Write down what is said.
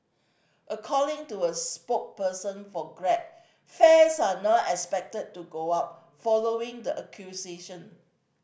according to a for Grab fares are not expected to go up following the acquisition